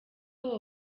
abo